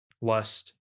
Lust